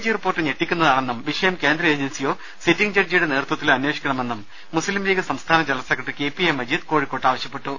G report ഞെട്ടിക്കുന്നതാണെന്നും വിഷയം കേന്ദ്ര ഏജൻസിയോ സിറ്റിംഗ് ജഡ്ജിയുടെ നേതൃത്വത്തിലോ അന്വേഷിക്കണമെന്നും മുസ്ലീം ലീഗ് സംസ്ഥാന general secretary K P A Majeed കോഴിക്കോട്ട് ആവശ്യപ്പെട്ടു